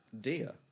Dear